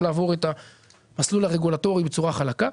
לעבור את המסלול הרגולטורי בצורה חלקה.